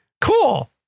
Cool